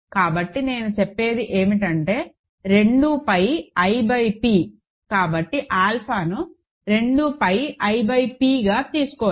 కాబట్టి నేను చెప్పేది ఏమిటంటే 2 pi i బై p కాబట్టి ఆల్ఫాను 2 pi i బై p గా తీసుకోవచ్చు